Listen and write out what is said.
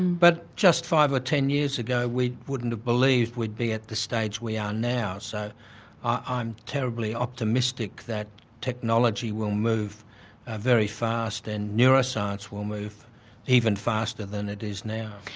but just five or ten years ago we wouldn't have believed we'd be at the stage we are now, so i am terribly optimistic that technology will move ah very fast and neuroscience will move even faster than it is now.